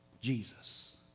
Jesus